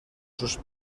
sus